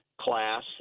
class